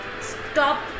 stop